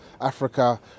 Africa